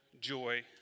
joy